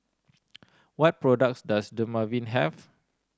what products does Dermaveen have